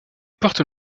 porte